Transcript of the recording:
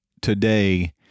today